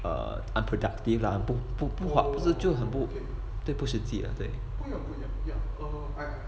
err unproductive lah 不不不化不是就很不实际啦对